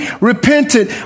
repented